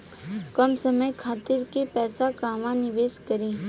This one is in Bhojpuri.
कम समय खातिर के पैसा कहवा निवेश करि?